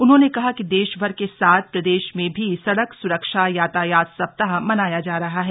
उन्होंने कहा कि देशभर के साथ प्रदेश में भी सड़क सुरक्षा यातायात सप्ताह मनाया जा रहा है